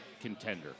contender